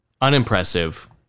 unimpressive